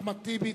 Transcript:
אחמד טיבי,